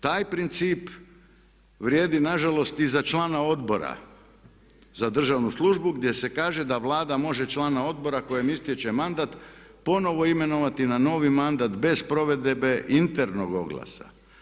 Taj princip vrijedi na žalost i za člana Odbora za državnu službu gdje se kaže da Vlada može člana odbora kojem istječe mandat ponovo imenovati na novi mandat bez provedbe internog oglasa.